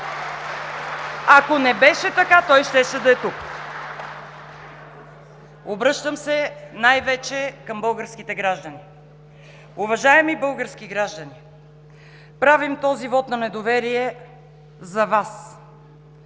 Ако не беше така, той щеше да е тук. Обръщам се най-вече към българските граждани: уважаеми български граждани, правим този вот на недоверие за Вас.